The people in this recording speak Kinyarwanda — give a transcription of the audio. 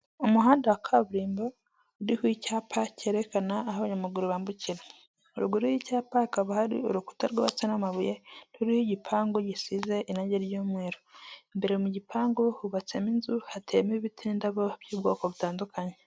Umuhanda wa kaburimbo uriho icyapa cyerekana aho abanyamaguru bambukira, ruguru y'icyapa hakaba hari urukuta rwubatse n'amabuye ruriho igipangu gisize irangi ry'umweru, imbere mu gipangu hubatsemo inzu hateyemo in'indabo z'ubwoko butandukanye.